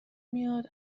میاد